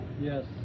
Yes